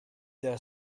their